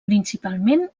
principalment